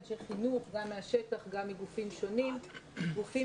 אנשי חינוך גם מהשטח וגם מגופים שונים גופים